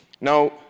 Now